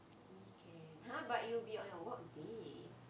we can !huh! but it'll be on your work day